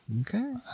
Okay